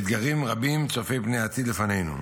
אתגרים רבים הצופים פני עתיד לפנינו.